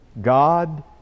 God